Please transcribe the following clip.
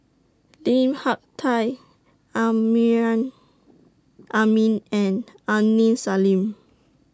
Lim Hak Tai Amrin Amin and Aini Salim